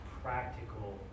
practical